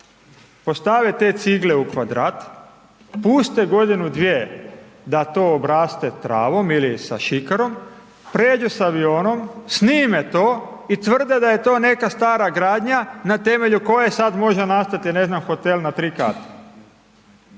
postave te cigle u kvadrat, puste godinu, dvije da to obraste travom ili sa šikarom, pređu sa avionom, snime to i tvrde da je to neka stara gradnja na temelju koje sad može nastati ne znam, hotel na 3 kata.